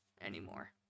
anymore